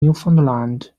newfoundland